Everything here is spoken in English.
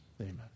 Amen